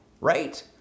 right